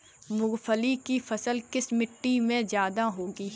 मूंगफली की फसल किस मिट्टी में ज्यादा होगी?